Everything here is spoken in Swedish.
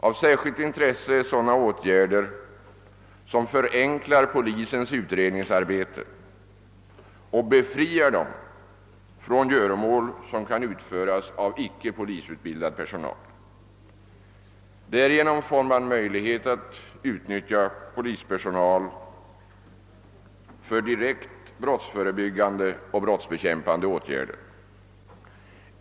Av särskilt intresse är sådana åtgärder som förenklar polisens utredningsarbete och befriar den från göromål, vilka kan utföras av icke polisutbildad personal. Därigenom får man möjlighet att utnyttja polispersonal för direkt brottsförebyggande och brottsbekämpande åtgärder.